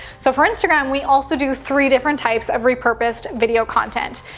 so for instagram, we also do three different types of repurposed video content.